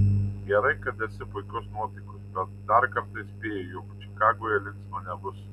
gerai kad esi puikios nuotaikos bet dar kartą įspėju jog čikagoje linksma nebus